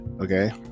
okay